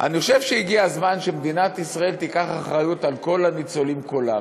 אני חושב שהגיע הזמן שמדינת ישראל תיקח אחריות על כל הניצולים כולם.